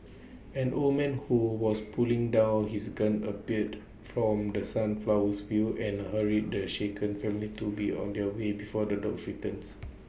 an old man who was putting down his gun appeared from the sunflowers fields and hurried the shaken family to be on their way before the dogs returns